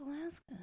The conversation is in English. Alaska